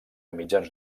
mitjans